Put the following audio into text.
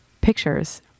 pictures